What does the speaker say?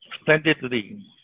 splendidly